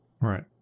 Right